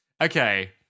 Okay